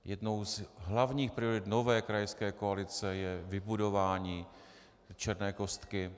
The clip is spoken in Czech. Jednou z hlavních priorit nové krajské koalice je vybudování Černé kostky.